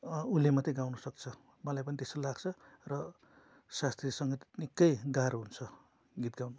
उसले मात्रै गाउनुसक्छ मलाई पनि त्यस्तो लाग्छ र शास्त्रीय सङ्गीत निकै गाह्रो हुन्छ गीत गाउनु